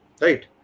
right